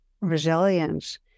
resilience